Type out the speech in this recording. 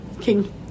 King